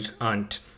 aunt